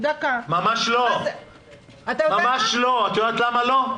ממש לא, את יודעת למה לא?